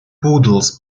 poodles